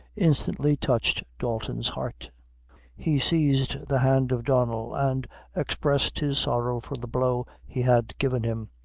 instantly touched dalton's heart he seized the hand of donnel, and expressed his sorrow for the blow he had given him.